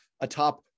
atop